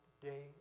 day